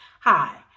Hi